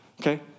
okay